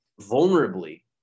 vulnerably